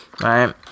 right